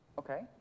Okay